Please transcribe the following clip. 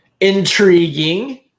Intriguing